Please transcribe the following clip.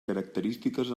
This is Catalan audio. característiques